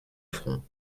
front